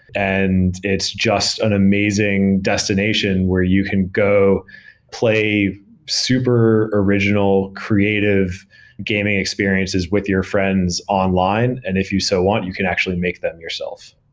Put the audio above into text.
and it's just an amazing destination where you can go play super original, creative gaming experiences with your friends online. and if you so want, you can actually make them yours self